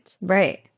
Right